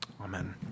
Amen